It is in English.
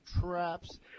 Traps